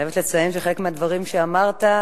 אני חייבת לציין שחלק מהדברים שאמרת,